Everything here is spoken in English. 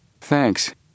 Thanks